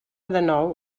dènou